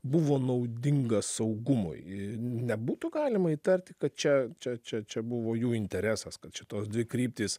buvo naudinga saugumui nebūtų galima įtarti kad čia čia čia čia buvo jų interesas kad šitos dvi kryptys